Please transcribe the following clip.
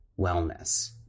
wellness